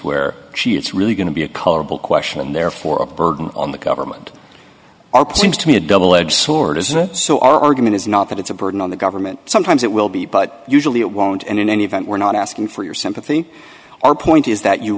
where she it's really going to be a colorable question and therefore a burden on the government are seems to me a double edged sword isn't so our argument is not that it's a burden on the government sometimes it will be but usually it won't and in any event we're not asking for your sympathy our point is that you